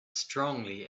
strongly